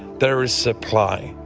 there is supply.